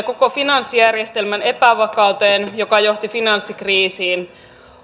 koko finanssijärjestelmän epävakauteen mikä johti finanssikriisiin